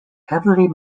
heavily